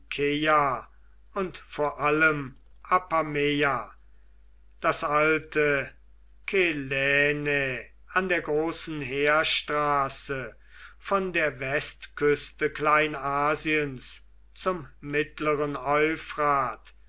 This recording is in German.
und vor allem apameia das alte kelaenae an der großen heerstraße von der westküste kleinasiens zum mittleren